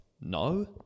no